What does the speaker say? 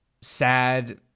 sad